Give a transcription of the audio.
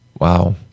Wow